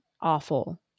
awful